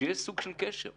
שיהיה סוג של קשר אליהן.